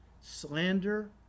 slander